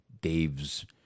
Dave's